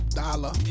dollar